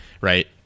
right